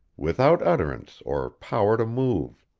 without utterance, or power to move.